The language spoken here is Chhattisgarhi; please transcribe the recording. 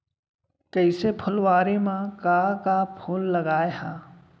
कइसे फुलवारी म का का फूल लगाय हा?